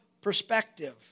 perspective